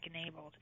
enabled